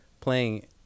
playing